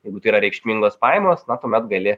jeigu tai yra reikšmingos pajamos na tuomet gali